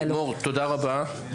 תודה רבה.